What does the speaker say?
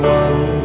one